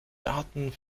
daten